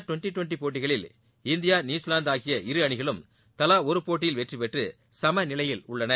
டுவெண்டிடுவெண்டிபோட்டிகளில் ஆடவர் இந்தியா நியுசிலாந்துஆகிய அணிகளும் இரு தலாஒருபோட்டியில் வெற்றிபெற்றுசமநிலையில் உள்ளன